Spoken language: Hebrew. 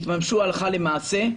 יתממשו הלכה למעשה.